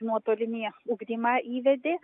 nuotolinį ugdymą įvedė